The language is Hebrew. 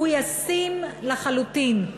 הוא ישים לחלוטין.